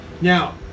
Now